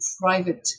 private